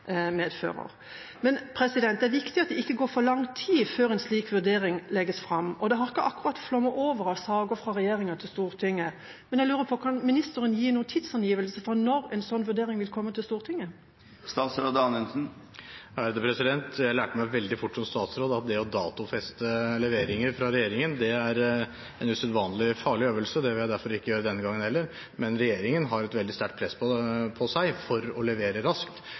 Men det er viktig at det ikke går for lang tid før en slik vurdering legges fram, og det har ikke akkurat flommet over av saker fra regjeringa til Stortinget, så jeg lurer på: Kan ministeren gi noen tidsangivelse for når en slik vurdering vil komme til Stortinget? Jeg lærte meg veldig fort som statsråd at det å datofeste leveringer fra regjeringen er en usedvanlig farlig øvelse, og det vil jeg derfor ikke gjøre denne gangen heller. Men regjeringen har et veldig sterkt press på seg for å levere raskt,